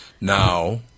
Now